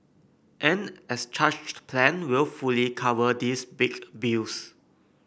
an as charged plan will fully cover these big bills